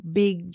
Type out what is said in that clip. big